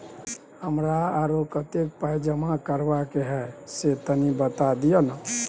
हमरा आरो कत्ते पाई जमा करबा के छै से तनी बता दिय न?